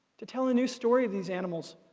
to tell a new story of these animals,